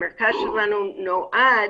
המרכז שלנו נועד